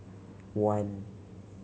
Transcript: one